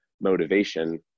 motivation